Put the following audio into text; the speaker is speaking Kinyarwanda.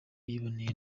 yiboneye